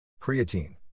Creatine